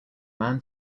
man